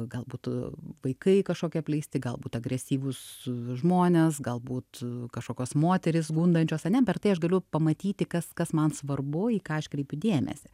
galbūt vaikai kažkokie apleisti galbūt agresyvūs žmonės galbūt kažkokios moterys gundančios ane per tai aš galiu pamatyti kas kas man svarbu į ką aš kreipiu dėmesį